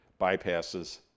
bypasses